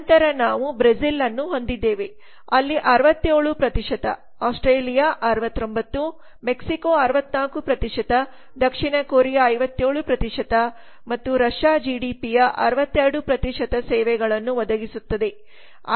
ನಂತರ ನಾವು ಬ್ರೆಜಿಲ್ ಅನ್ನು ಹೊಂದಿದ್ದೇವೆ ಅಲ್ಲಿ 67 ಆಸ್ಟ್ರೇಲಿಯಾ 69 ಮೆಕ್ಸಿಕೊ 64 ದಕ್ಷಿಣ ಕೊರಿಯಾ 57 ಮತ್ತು ರಷ್ಯಾ ಜಿಡಿಪಿಯ 62 ಸೇವೆಗಳನ್ನು ಒದಗಿಸುತ್ತದೆ